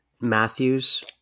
Matthews